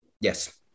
Yes